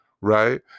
Right